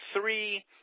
three